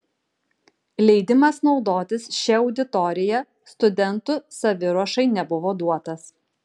leidimas naudotis šia auditorija studentų saviruošai nebuvo duotas